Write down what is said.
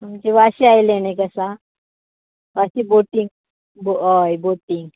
आमच्या वाश्या आयल्यान एक आसा वाशी बोटींग बो हय बोटींग